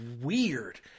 weird